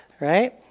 right